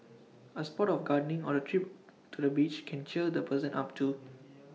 A spot of gardening or A trip to the beach can cheer the person up too